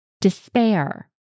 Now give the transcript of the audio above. despair